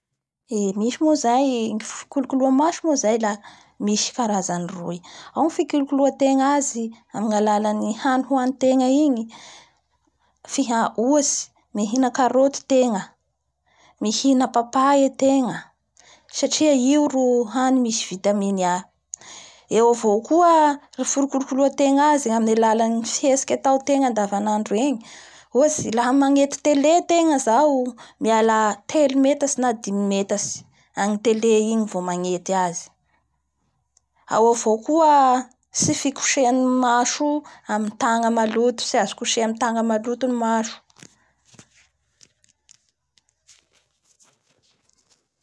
Eee!misy moa zay ny fikolokoloa maso moa zay la misy karzany roy ao ny fikolokoloy tegna azy amin'ny alalan'ny hany hoanitegna igny fih-ohatsy mihina karoty tegna mihina papay ategna, satria io ro hany misy vitamine A. Eo avao koa ny fikolokoloategna azy amin'ny alalan'ny fihetsiky ataotegna azy andavandro igny, ohatsy aha magnety teé ategna zao miala telo metatsy na dimy metatsy any telé igny vo magnety azy. Ao avao koa ny tsy fikoseha ny maso io amin'ny tagna maloto, tsy azo kosehy amin'ny tagna maotpo ny maso.